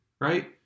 right